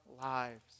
lives